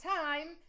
time